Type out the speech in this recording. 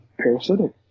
parasitic